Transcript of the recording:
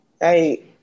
Hey